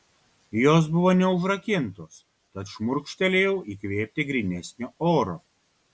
jos buvo neužrakintos tad šmurkštelėjau įkvėpti grynesnio oro